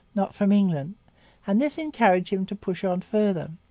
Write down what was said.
not from england and this encouraged him to push on farther.